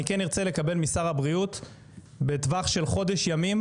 אני כן ארצה לקבל משר הבריאות בטווח של חודש ימים,